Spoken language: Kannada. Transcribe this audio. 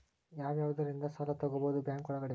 ಯಾವ್ಯಾವುದರಿಂದ ಸಾಲ ತಗೋಬಹುದು ಬ್ಯಾಂಕ್ ಒಳಗಡೆ?